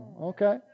Okay